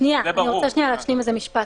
שנייה, אני רוצה להשלים משפט.